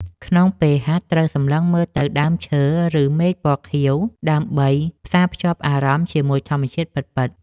ក្នុងពេលហាត់ ត្រូវសម្លឹងមើលទៅដើមឈើ ឬមេឃពណ៌ខៀវ ដើម្បីផ្សារភ្ជាប់អារម្មណ៍ជាមួយធម្មជាតិពិតៗ។